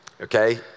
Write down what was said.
Okay